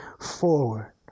forward